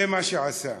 זה מה שעשה טראמפ.